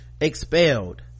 expelled